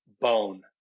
Bone